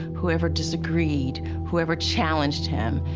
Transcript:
who ever disagreed, who ever challenged him,